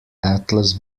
atlas